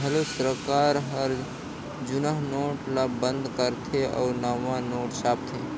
घलो सरकार हर जुनहा नोट ल बंद करथे अउ नावा नोट छापथे